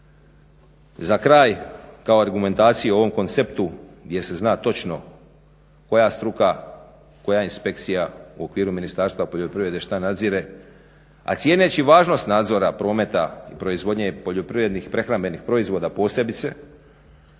Za kraj kao argumentaciju o ovom konceptu gdje se zna točno koja struka, koja inspekcija u okviru Ministarstva poljoprivrede što nadzire. A cijeneći važnost nadzora prometa i proizvodnje poljoprivrednih prehrambenih proizvoda posebice,